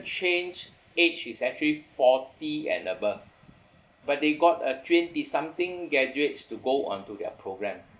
change age is actually forty and above but they got a twenty something graduates to go onto their programme